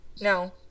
No